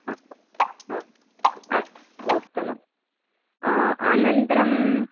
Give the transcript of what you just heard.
हा हा अस्तु उत्तमम् अनन्तरम्